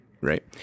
right